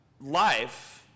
life